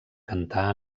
cantar